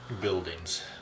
Buildings